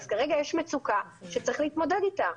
אז כרגע יש מצוקה שצריך להתמודד איתה,